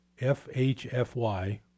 Fhfy